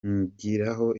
mwigiraho